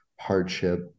hardship